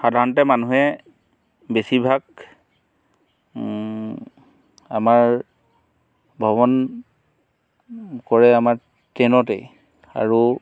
সাধাৰণতে মানুহে বেছিভাগ আমাৰ ভ্ৰমণ কৰে আমাৰ ট্ৰেইনতে আৰু